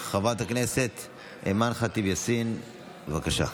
חברת הכנסת אימאן ח'טיב יאסין, בבקשה.